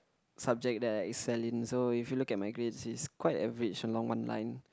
subject that I excel in so if you look at my grades is quite average along one line